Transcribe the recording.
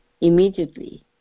Immediately